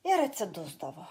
ir atsidusdavo